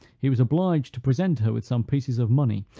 he was obliged to present her with some pieces of money,